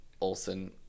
Olson